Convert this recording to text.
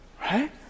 Right